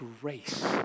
grace